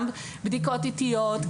גם בדיקות איטיות,